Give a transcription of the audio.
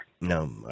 No